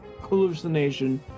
hallucination